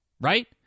right